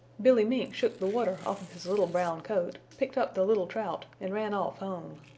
billy mink shook the water off of his little brown coat, picked up the little trout and ran off home.